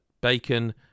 bacon